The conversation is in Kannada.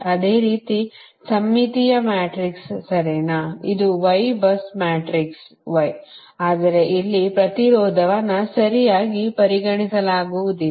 ಅದೇ ರೀತಿ ಸಮ್ಮಿತೀಯ ಮ್ಯಾಟ್ರಿಕ್ಸ್ ಸರಿನಾ ಮತ್ತು ಇದು Y bus ಮ್ಯಾಟ್ರಿಕ್ಸ್ ಆದರೆ ಇಲ್ಲಿ ಪ್ರತಿರೋಧವನ್ನು ಸರಿಯಾಗಿ ಪರಿಗಣಿಸಲಾಗುವುದಿಲ್ಲ